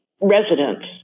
residents